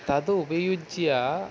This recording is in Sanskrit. तदुपयुज्य